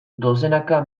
dozenaka